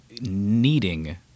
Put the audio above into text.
needing